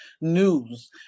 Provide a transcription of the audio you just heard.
news